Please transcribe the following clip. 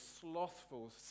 slothful